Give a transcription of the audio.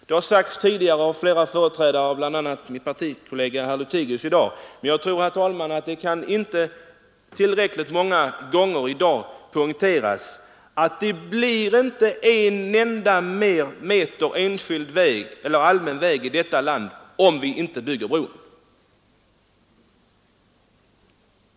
Det har sagts tidigare av flera talare — bl.a. har min partikollega herr Lothigius varit inne på saken — men jag tror inte att det tillräckligt många gånger kan poängteras, att det inte blir en enda meter ytterligare enskild eller allmän väg i detta land om vi inte skulle bygga bron.